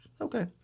Okay